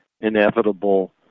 inevitable